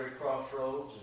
crossroads